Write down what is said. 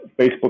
Facebook